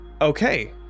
Okay